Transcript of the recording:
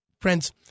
Friends